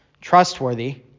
trustworthy